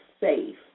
safe